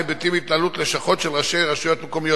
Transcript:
היבטים בהתנהלות לשכות של ראשי רשויות מקומיות.